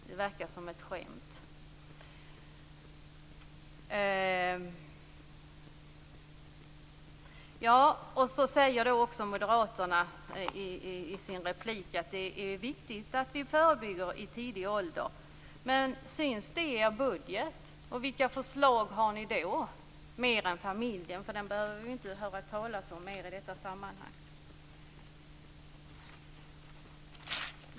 Det verkar nästan som ett skämt. Moderaterna säger att det är viktigt att vi förebygger i tidig ålder. Men syns det i er budget? Vad föreslår ni mer än familjen, för den behöver vi inte höra talas om mer i detta sammanhang?